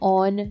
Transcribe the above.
on